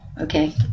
Okay